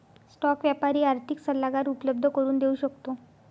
stock व्यापारी आर्थिक सल्लागार उपलब्ध करून देऊ शकतो